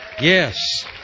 Yes